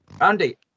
Andy